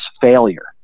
failure